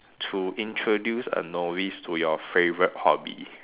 to introduce a novice to your favorite hobby